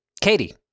Katie